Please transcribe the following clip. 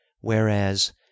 whereas